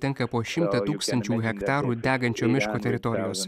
tenka po šimtą tūkstančių hektarų degančio miško teritorijos